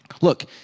Look